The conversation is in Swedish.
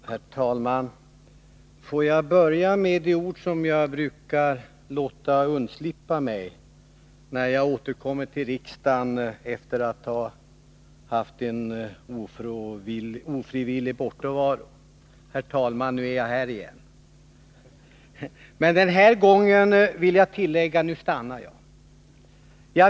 Herr talman! Får jag börja med de ord som jag brukar låta undslippa mig när jag återkommer till riksdagen efter att ha haft en ofrivillig bortovaro: Herr talman! Nu är jag här igen. Men den här gången vill jag tillägga: Nu stannar jag.